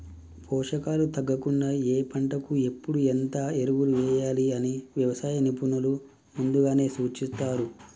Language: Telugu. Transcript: పోషకాలు తగ్గకుండా ఏ పంటకు ఎప్పుడు ఎంత ఎరువులు వేయాలి అని వ్యవసాయ నిపుణులు ముందుగానే సూచిస్తారు